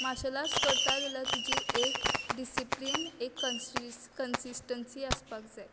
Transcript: martial arts करता जाल्यार तुजी एक डिसीप्लीन एक कन्सीसन कन्सीसटंसी आसपाक जाय